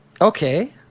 Okay